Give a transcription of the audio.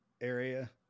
area